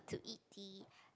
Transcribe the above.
to eat the